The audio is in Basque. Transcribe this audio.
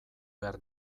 behar